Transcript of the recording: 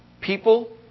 people